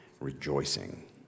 rejoicing